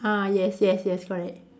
ah yes yes yes correct